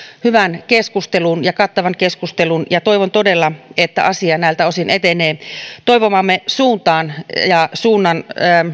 hyvän ja kattavan keskustelun toivon todella että asia näiltä osin etenee toivomaamme suuntaan suunnan